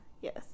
Yes